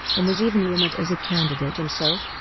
and was even rumored as a candidate himself,